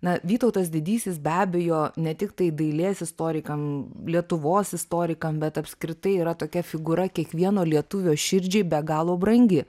na vytautas didysis be abejo ne tiktai dailės istorikam lietuvos istorikam bet apskritai yra tokia figūra kiekvieno lietuvio širdžiai be galo brangi